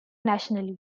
nationally